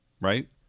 right